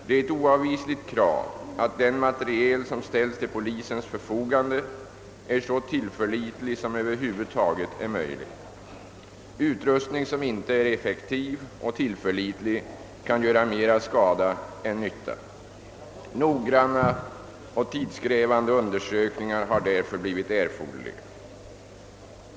Det är ett oavvisligt krav att den materiel som ställs till polisens förfogande är så tillförlitlig som över huvud taget är möjligt. Utrustning som inte är effektiv och tillförlitlig kan göra mer skada än nytta. Noggranna och tidskrävande undersökningar har därför blivit erforderliga.